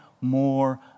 more